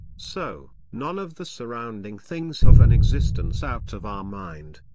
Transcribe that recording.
so, none of the surrounding things have an existence out of our mind.